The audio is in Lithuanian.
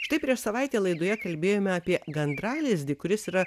štai prieš savaitę laidoje kalbėjome apie gandralizdį kuris yra